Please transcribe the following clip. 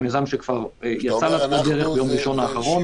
זה מיזם שכבר יצא לדרך ביום ראשון האחרון